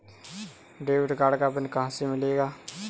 Debit card का PIN कहां से मिलेगा?